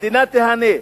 המדינה תיהנה,